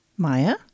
Maya